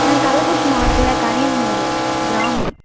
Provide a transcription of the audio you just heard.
கள்ளக்குறிச்சி மாவட்டத்தில் கனியாமூரு கிராமம்